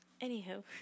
anyhow